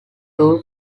two